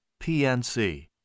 PNC